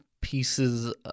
pieces